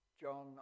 John